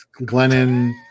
Glennon